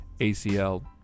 ACL